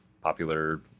popular